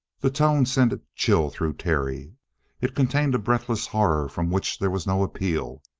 the tone sent a chill through terry it contained a breathless horror from which there was no appeal.